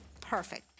perfect